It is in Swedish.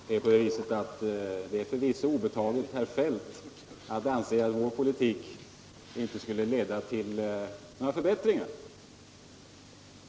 Herr talman! Det är förvisso herr Feldt obetaget att anse att vår politik inte skulle leda till några förbättringar.